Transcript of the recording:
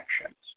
actions